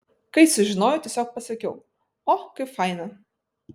kai sužinojau tiesiog pasakiau o kaip faina